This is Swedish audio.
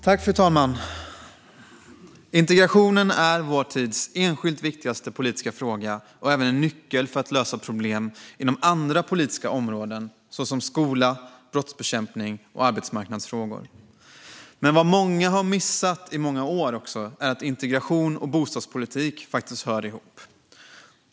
Fru talman! Integrationen är vår tids enskilt viktigaste politiska fråga och även en nyckel för att lösa problem inom andra politiska områden såsom skola, brottsbekämpning och arbetsmarknadsfrågor. Men vad många har missat i många år är att integration och bostadspolitik hör ihop.